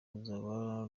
ruzaba